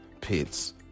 pits